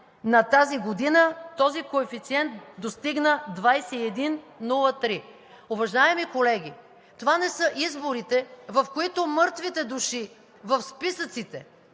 на тази година този коефициент достигна 21,03. Уважаеми колеги, това не са изборите, в които мъртвите души в списъците,